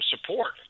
support